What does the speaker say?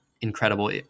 incredible